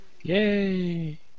Yay